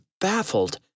baffled